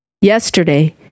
Yesterday